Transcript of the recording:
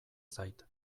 zait